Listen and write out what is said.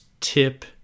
tip